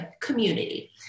community